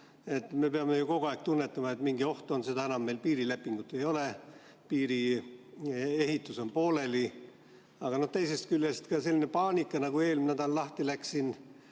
me peame kogu aeg tunnetama, et mingi oht on, seda enam, et meil piirilepingut ei ole ja piiriehitus on pooleli. Aga teisest küljest selline paanika, nagu eelmisel nädalal lahti läks,